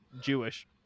Jewish